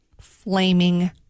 Flaming